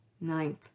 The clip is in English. ninth